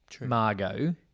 Margot